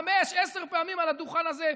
חמש, עשר פעמים, על הדוכן הזה,